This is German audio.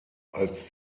als